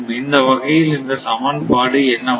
இந்த வகையில் இந்த சமன்பாடு என்னவாகும்